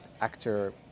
actor